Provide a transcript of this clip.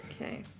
Okay